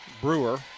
Brewer